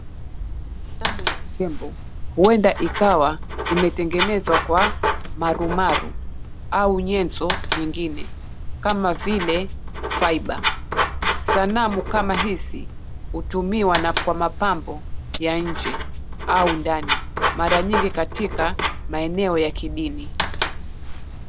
Mapambo ya tembo huenda ikawa imetengenezwa kwa marumaru au nyenzo nyingine kama vile fiber . Sanamu kama hizi hutumiwa kwa mapambo ya nje au ndani mara nyingi katika maeneo ya kidini.